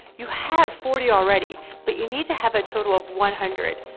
you have forty already but you need to have a total of one hundred.